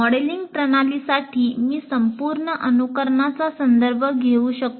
modelling प्रणालीसाठी मी संपूर्ण अनुकरणाचा संदर्भ घेऊ शकतो